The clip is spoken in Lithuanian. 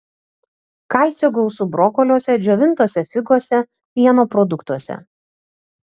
kalcio gausu brokoliuose džiovintose figose pieno produktuose